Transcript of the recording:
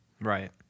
Right